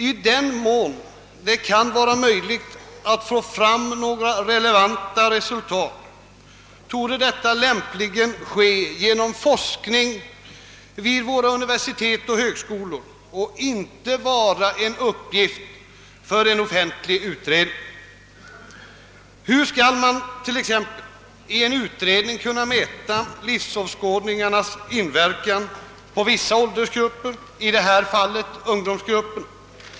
I den mån det kan vara möjligt att få fram några relevanta resultat, torde detta lämpligen böra ske genom forskning vid våra universitet och högskolor och inte vara en uppgift för en offentlig utredning. Hur skall man t.ex. i en utredning kunna mäta livsåskådningarnas inverkan på vissa åldersgrupper, i detta fall ungdomsgruppen?